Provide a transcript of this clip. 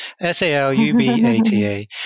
S-A-L-U-B-A-T-A